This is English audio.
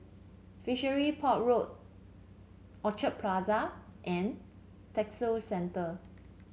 Fishery Port Road Orchard Plaza and Textile Centre